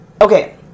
Okay